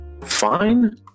fine